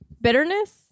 bitterness